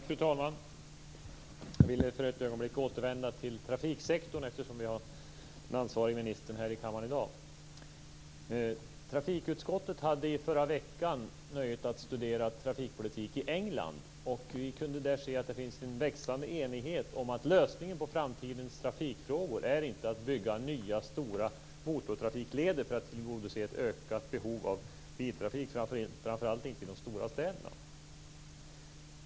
Fru talman! Jag vill för ett ögonblick återvända till trafiksektorn, eftersom vi har den ansvarige ministern här i kammaren i dag. Trafikutskottet hade i förra veckan nöjet att studera trafikpolitik i England. Vi kunde där se att det finns en växande enighet om att lösningen på framtidens trafikfrågor inte är att bygga nya stora motortrafikleder för att tillgodose ett ökat behov av biltrafik - framför allt inte i de stora städerna.